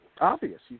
obvious